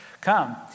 come